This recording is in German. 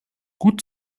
gut